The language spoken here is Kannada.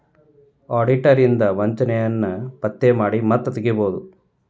ಆಡಿಟರ್ ಇಂದಾ ವಂಚನೆಯನ್ನ ಪತ್ತೆ ಮಾಡಿ ಮತ್ತ ತಡಿಬೊದು